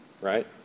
right